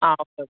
ആ ഓക്കേ